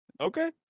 Okay